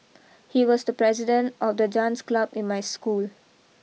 he was the president of the dance club in my school